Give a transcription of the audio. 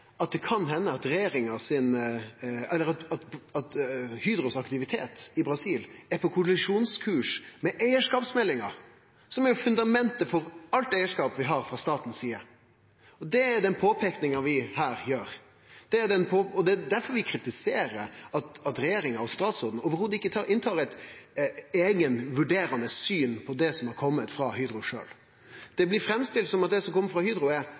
at det kan hende at Hydros aktivitet i Brasil er på kollisjonskurs med eigarskapsmeldinga, som er fundamentet for alt eigarskap vi har frå statens side. Det er den påpeikinga vi her gjer. Det er derfor vi kritiserer at regjeringa og statsråden i det heile ikkje har eit eige vurderande syn på det som har kome frå Hydro sjølv. Det blir framstilt som at det som kjem frå Hydro, er